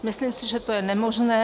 Myslím si, že to je nemožné.